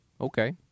okay